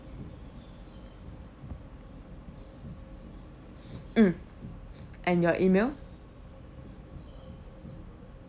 mm and your email